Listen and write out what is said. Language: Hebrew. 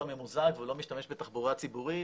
הממוזג והוא לא משתמש בתחבורה ציבורית